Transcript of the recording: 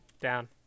Down